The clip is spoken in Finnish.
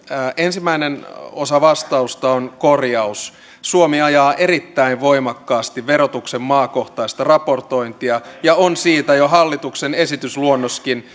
ensimmäinen osa vastausta on korjaus suomi ajaa erittäin voimakkaasti verotuksen maakohtaista raportointia ja on siitä jo hallituksen esitysluonnoskin